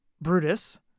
Brutus